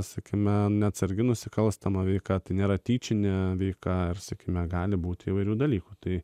sakykime neatsargi nusikalstama veika tai nėra tyčinė veika ar sėkme gali būti įvairių dalykų tai